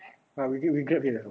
ah we grab we grab here just now